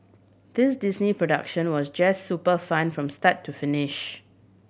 this Disney production was just super fun from start to finish